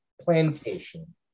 plantation